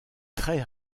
très